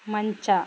ಮಂಚ